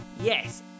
Yes